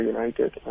United